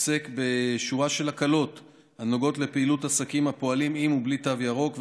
עוסק בשורה של הקלות הנוגעות לפעילות עסקים הפועלים עם ובלי תו ירוק,